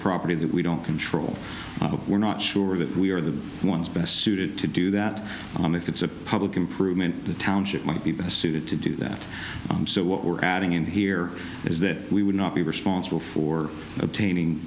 property that we don't control we're not sure that we are the ones best suited to do that if it's a public improvement the township might be best suited to do that so what we're adding in here is that we would not be responsible for obtaining